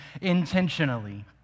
intentionally